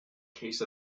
case